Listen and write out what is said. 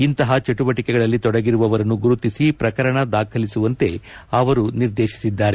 ಇಂತಹ ಚಟುವಟಿಕೆಗಳಲ್ಲಿ ತೊಡಗಿರುವವರನ್ನು ಗುರುತಿಸಿ ಪ್ರಕರಣ ದಾಖಲಿಸುವಂತೆ ಅವರು ನಿರ್ದೇಶಿಸಿದ್ದಾರೆ